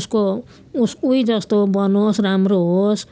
उसको उही जस्तो बनोस् र राम्रो होस्